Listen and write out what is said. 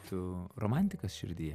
tu romantikas širdyje